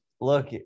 Look